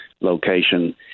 location